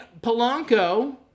Polanco